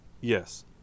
Yes